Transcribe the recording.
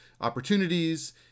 opportunities